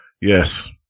Yes